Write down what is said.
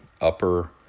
upper